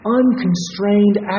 unconstrained